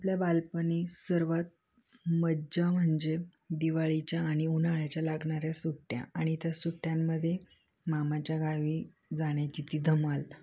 आपल्या बालपणी सर्वात मज्जा म्हणजे दिवाळीच्या आणि उन्हाळ्याच्या लागणाऱ्या सुट्ट्या आणि त्या सुट्ट्यांमध्ये मामाच्या गावी जाण्याची ती धमाल